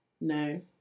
No